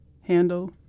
handle